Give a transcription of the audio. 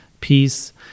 peace